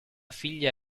figlia